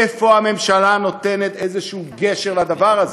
איפה הממשלה נותנת איזשהו גשר לדבר הזה?